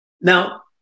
Now